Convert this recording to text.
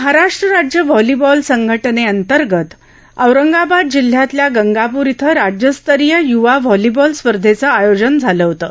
महाराष्ट्र राज्य व्हॉलिबॉल संघटनेअंतर्गत औरंगाबाद जिल्ह्यातल्या गंगापूर इथं राज्यस्तरीय य्वा व्हॉलिबॉल स्पर्धेचं आयोजन केलं होतं